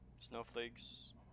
Snowflakes